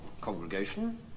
congregation